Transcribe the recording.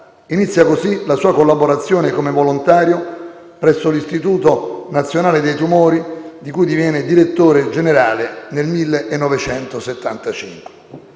inizia così la sua collaborazione, come volontario, presso l'Istituto nazionale dei tumori, di cui di diviene direttore generale nel 1975.